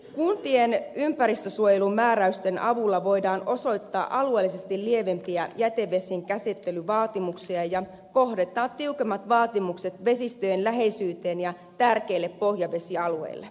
kuntien ympäristönsuojelumääräysten avulla voidaan osoittaa alueellisesti lievempiä jätevesien käsittelyvaatimuksia ja kohdentaa tiukemmat vaatimukset vesistöjen läheisyyteen ja tärkeille pohjavesialueille